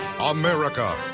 America